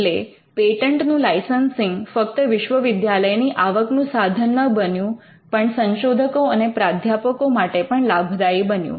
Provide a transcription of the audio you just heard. એટલે પેટન્ટનું લાઇસન્સિંગ ફક્ત વિશ્વવિદ્યાલયની આવકનું સાધન ન બન્યું પણ સંશોધકો અને પ્રાધ્યાપકો માટે પણ લાભદાયી બન્યું